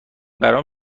برام